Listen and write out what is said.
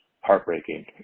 heartbreaking